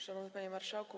Szanowny Panie Marszałku!